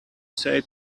say